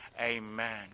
amen